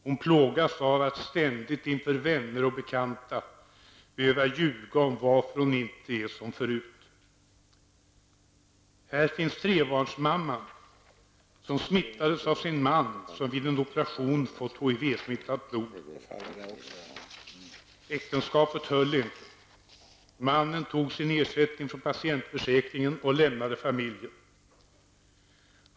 Nu plågas hon av att ständigt inför vänner och bekanta behöva ljuga om varför hon inte är som förut. Här finns trebarnsmamman, som smittades av sin man som vid en operation fått HIV-smittat blod. Äktenskapet höll inte. Mannen tog sin ersättning från patientförsäkringen och lämnade familjen.